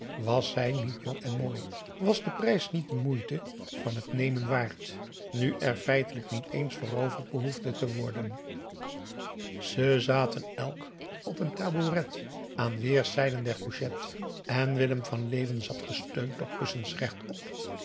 was zij niet jong en mooi was de prijs niet de moeite van het nemen waard nu er feitelijk niet eens veroverd behoefde te worden ze zaten elk op een tabouret aan weerszijden der couchette en willem van leeuwen zat gesteund door kussens rechtop